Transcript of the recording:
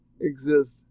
exist